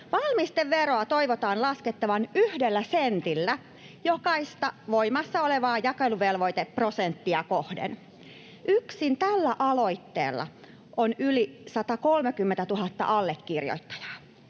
Valmisteveroa toivotaan laskettavan yhdellä sentillä jokaista voimassa olevaa jakeluvelvoiteprosenttia kohden. Yksin tällä aloitteella on yli 130 000 allekirjoittajaa.